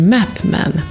Mapman